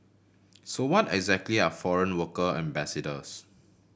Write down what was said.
so what exactly are foreign worker ambassadors